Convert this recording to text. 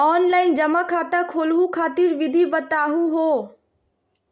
Online जमा खाता खोलहु खातिर विधि बताहु हो?